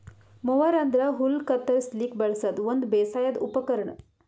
mower ಅಂದ್ರ ಹುಲ್ಲ್ ಕತ್ತರಸ್ಲಿಕ್ ಬಳಸದ್ ಒಂದ್ ಬೇಸಾಯದ್ ಉಪಕರ್ಣ್